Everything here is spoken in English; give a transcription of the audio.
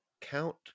count